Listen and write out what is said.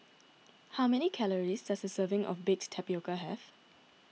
how many calories does a serving of Baked Tapioca have